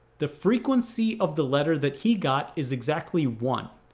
the frequency of the letter that he got is exactly one.